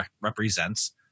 represents